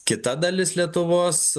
kita dalis lietuvos